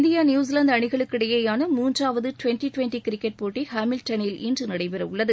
India New Zealand அணிகளுக்கு இடையிலான மூன்றாவது டுவெண்டி டுவெண்டி கிரிக்கெட் போட்டி ஹாமில்டனில் இன்று நடைபெற உள்ளது